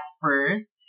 first